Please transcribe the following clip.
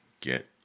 get